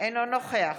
אינו נוכח